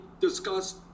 discussed